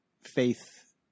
Faith